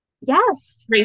yes